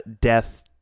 death